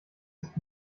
ist